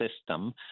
system